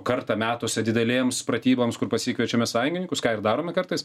kartą metuose didelėms pratyboms kur pasikviečiame sąjungininkus ką ir darom kartais